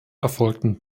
erfolgten